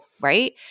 right